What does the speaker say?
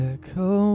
echo